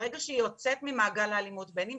ברגע שהיא יוצאת ממעגל האלימות בין אם